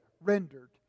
rendered